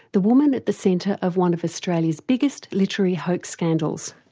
the woman at the centre of one of australia's biggest literary hoax scandals.